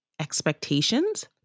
expectations